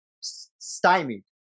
stymied